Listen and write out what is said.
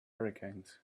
hurricanes